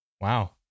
Wow